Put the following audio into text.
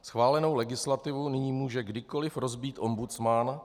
Schválenou legislativu nyní může kdykoliv rozbít ombudsman.